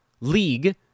league